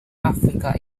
africa